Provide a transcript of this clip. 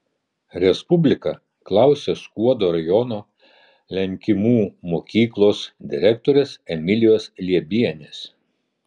respublika klausė skuodo rajono lenkimų mokyklos direktorės emilijos liebienės